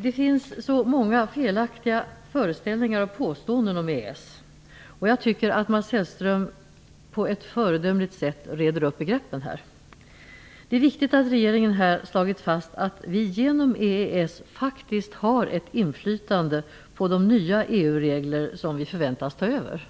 Det finns så många felaktiga föreställningar och påståenden om EES. Jag tycket att Mats Hellström på ett föredömligt sätt reder upp begreppen. Det är viktigt att regeringen slagit fast att vi genom EES faktiskt har ett inflytande på de nya EU regler som vi förväntas ta över.